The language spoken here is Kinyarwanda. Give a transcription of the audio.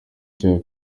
cya